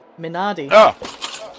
Minardi